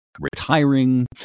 retiring